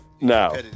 no